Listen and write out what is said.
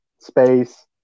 space